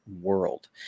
world